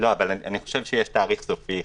לא, אבל אני חושב שיש תאריך סופי.